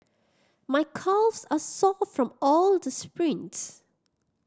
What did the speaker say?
my calves are sore from all the sprints